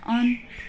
on